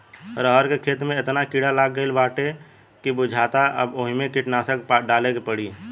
रहर के खेते में एतना कीड़ा लाग गईल बाडे की बुझाता अब ओइमे कीटनाशक डाले के पड़ी